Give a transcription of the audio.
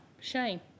shame